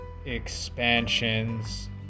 expansions